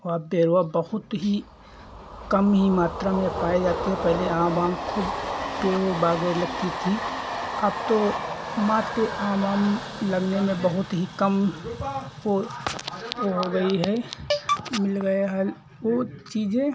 और अब देरवा बहुत ही कम ही मात्रा में अब पाए जाते हैं पहले आम वाम खूब पेड़ ओड़ बागें लगती थी अब तो मात आम वाम लगने में बहुत ही कम वो वो हो गई है मिल गया है वो चीज़ें